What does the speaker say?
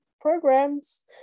programs